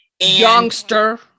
Youngster